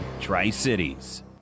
Tri-Cities